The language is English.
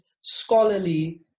scholarly